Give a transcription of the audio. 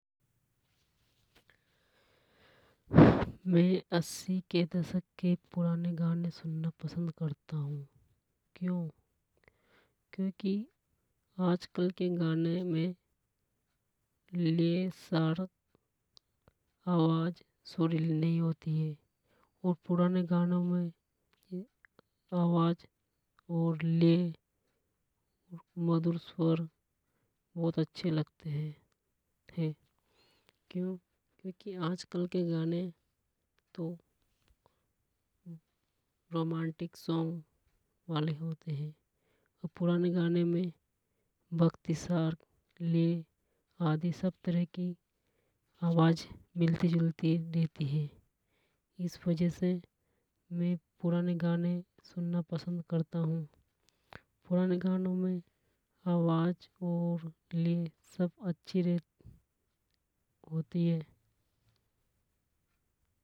में अस्सी के दशक के पुराने गाने सुनना पसंद करता हूं क्यों। क्योंकि आज कल के गाने में लिए आवाज सुरीली नहीं होती है और पुराने गानो में लय और मधुर बहुत अच्छे लगते है क्यों। क्योंकि आज कल के गाने तो रोमांटिक सॉन्ग वाले होते है और पुराने गाने में भक्ति सार लय आदि सब तरह की आवाज मिलती जुलती रहती हे इस वजह से में पुराने गाने सुनना पसंद करता हूं। पुराने गानो में आवाज और लय सब अच्छी होती है